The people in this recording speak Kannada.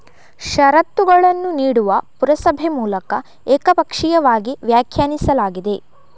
ಷರತ್ತುಗಳನ್ನು ನೀಡುವ ಪುರಸಭೆ ಮೂಲಕ ಏಕಪಕ್ಷೀಯವಾಗಿ ವ್ಯಾಖ್ಯಾನಿಸಲಾಗಿದೆ